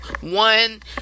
one